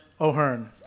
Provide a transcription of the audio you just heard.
O'Hearn